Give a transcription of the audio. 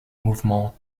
mouvement